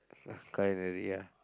cutlery ya